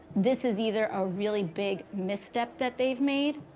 this is either a really big misstep that they've made,